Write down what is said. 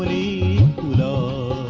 e no